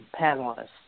panelists